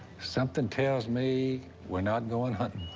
something tells me we're not going hunting.